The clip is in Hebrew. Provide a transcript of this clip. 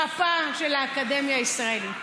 המפה של האקדמיה הישראלית.